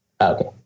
Okay